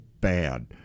bad